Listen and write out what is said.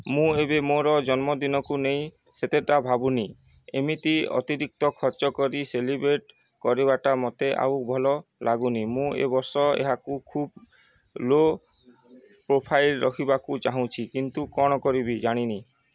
ମୁଁ ଏବେ ମୋର ଜନ୍ମଦିନକୁ ନେଇ ସେତେଟା ଭାବୁନି ଏମିତି ଅତିରିକ୍ତ ଖର୍ଚ୍ଚ କରି ସେଲିବ୍ରେଟ୍ କରିବାଟା ମୋତେ ଆଉ ଭଲ ଲାଗୁନି ମୁଁ ଏ ବର୍ଷ ଏହାକୁ ଖୁବ୍ ଲୋ ପ୍ରୋଫାଇଲ୍ ରଖିବାକୁ ଚାହୁଁଛି କିନ୍ତୁ କ'ଣ କରିବି ଜାଣିନି